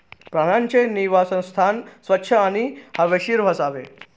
प्राण्यांचे निवासस्थान स्वच्छ आणि हवेशीर असावे